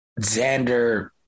Xander